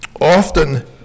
Often